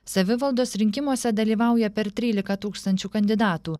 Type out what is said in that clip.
savivaldos rinkimuose dalyvauja per trylika tūkstančių kandidatų